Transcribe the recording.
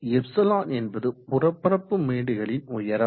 ε என்பது புறப்பரப்பு மேடுகளின் உயரம்